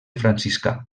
franciscà